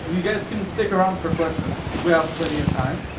you guys can stick around for questions because we have plenty of time.